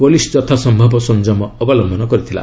police ଯଥାସ୍ଥ୍ୟବ ସଂଯମ ଅବଲ୍ୟନ କରିଥିଲା